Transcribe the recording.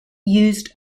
used